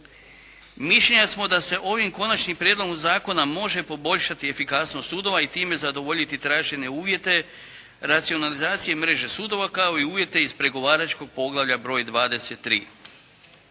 Mišljenja smo da se ovim Konačnim prijedlogom zakona može poboljšati efikasnost sudova i time zadovoljiti tražene uvjete racionalizacije mreže sudova kao i uvjete iz pregovaračkog poglavlja broj 23.